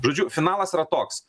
žodžiu finalas yra toks